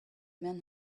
men